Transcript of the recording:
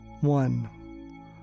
One